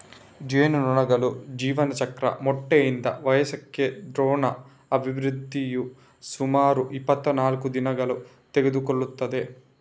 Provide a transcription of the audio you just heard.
ಜೇನುನೊಣಗಳ ಜೀವನಚಕ್ರ ಮೊಟ್ಟೆಯಿಂದ ವಯಸ್ಕಕ್ಕೆ ಡ್ರೋನ್ನ ಅಭಿವೃದ್ಧಿಯು ಸುಮಾರು ಇಪ್ಪತ್ತನಾಲ್ಕು ದಿನಗಳನ್ನು ತೆಗೆದುಕೊಳ್ಳುತ್ತದೆ